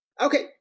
Okay